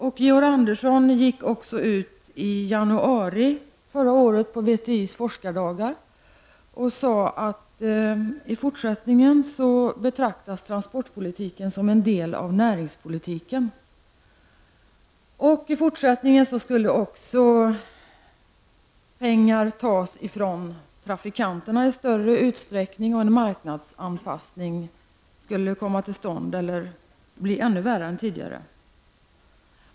Och Georg Andersson gick ut i januari förra året på VTIs forskardagar och sade att transportpolitiken i fortsättningen kommer att betraktas som en del av näringspolitiken. Han sade även att pengar i fortsättningen i större utsträckning skulle tas från trafikanterna och att marknadsanpassningen skulle bli ännu värre än tidigare.